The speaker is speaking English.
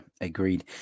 agreed